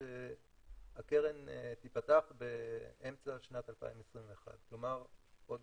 שהקרן תיפתח באמצע שנת 2021. כלומר עוד